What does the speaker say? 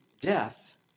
death